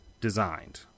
designed